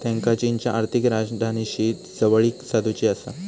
त्येंका चीनच्या आर्थिक राजधानीशी जवळीक साधुची आसा